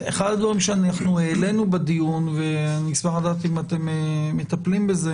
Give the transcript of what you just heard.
אחד הדברים שאנחנו העלינו בדיון ואני אשמח לדעת אם אתם מטפלים בזה